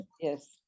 Yes